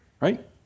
Right